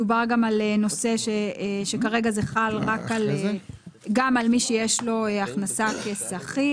דובר גם על נושא שכרגע זה חל גם על מי שיש לו הכנסה כשכיר.